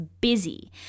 busy